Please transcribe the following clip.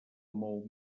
mou